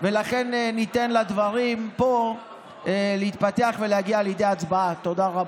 ולכן ניתן לדברים פה להתפתח ולהגיע לידי ההצבעה.